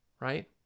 right